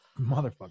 motherfucker